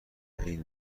این